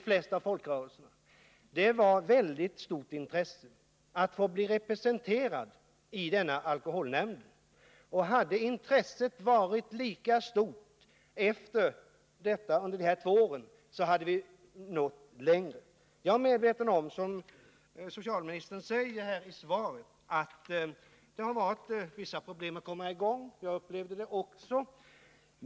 Man hade ett väldigt stort intre: är besviken på av att få bli representerad i socialstyrelsens nämnd för alkoholfrågor. men intresset har inte varit lika stort under de efterföljande två åren. Om så hade varit fallet, hade vi kunnat nå längre. Jag är medveten om att det, som socialministern säger i svaret, varit vissa 73 problem med att komma i gång. Så har också jag upplevt det.